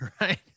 Right